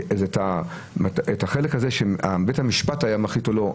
את החלק הזה שבית המשפט היה מחליט או לא,